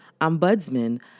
ombudsman